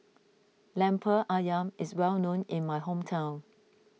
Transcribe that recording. Lemper Ayam is well known in my hometown